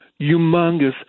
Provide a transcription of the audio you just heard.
humongous